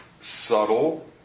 subtle